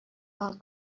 our